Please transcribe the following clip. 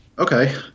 Okay